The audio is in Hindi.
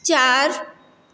चार